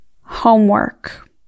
homework